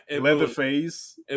Leatherface